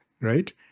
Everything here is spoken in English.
right